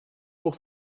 pour